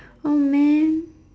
oh man